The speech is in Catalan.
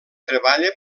treballa